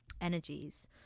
energies